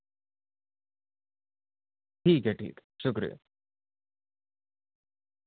ٹھیک ہے ٹھیک ہے شکریہ